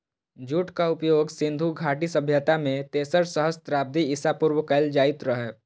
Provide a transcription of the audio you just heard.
जूटक उपयोग सिंधु घाटी सभ्यता मे तेसर सहस्त्राब्दी ईसा पूर्व कैल जाइत रहै